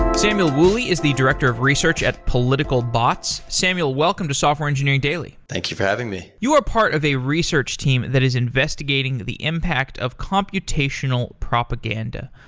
samuel woolley is the direct of research at political bots. samuel, welcome to software engineering daily thank you for having me you are a part of a research team that is investigating the impact of computational propaganda.